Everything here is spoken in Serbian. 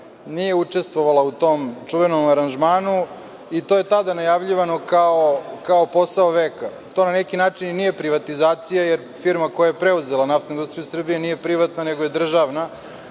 nije učestvovala u tom čuvenom aranžmanu i to je tada najavljivano kao posao veka. To na neki način i nije privatizacija, jer firma koja je preuzela NIS nije privatna nego je državna.